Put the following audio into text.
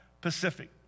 Pacific